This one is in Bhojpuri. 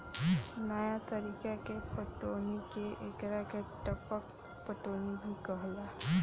नया तरीका के पटौनी के एकरा के टपक पटौनी भी कहाला